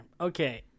Okay